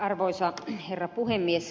arvoisa herra puhemies